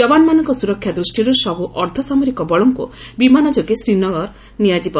ଯବାନମାନଙ୍କ ସୁରକ୍ଷା ଦୁଷ୍ଟିରୁ ସବୁ ଅର୍ଦ୍ଦ ସାମରିକବଳଙ୍କୁ ବିମାନ ଯୋଗେ ଶ୍ରୀନଗର ନିଆଯିବ